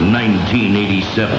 1987